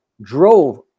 drove